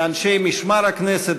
לאנשי משמר הכנסת,